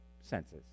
senses